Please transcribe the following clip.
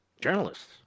journalists